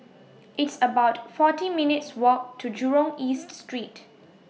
It's about forty minutes' Walk to Jurong East Street